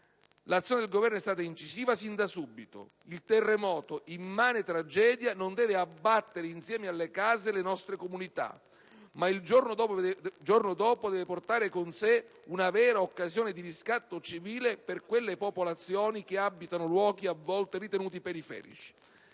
L'azione del Governo è stata incisiva, sin da subito. Il terremoto, immane tragedia, non deve abbattere insieme alle case le nostre comunità, ma il giorno dopo deve portare con sé una vera occasione di riscatto civile per quelle popolazioni che abitano luoghi a volte ritenuti periferici.